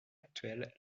actuel